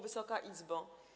Wysoka Izbo!